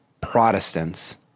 Protestants